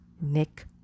Nick